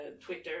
Twitter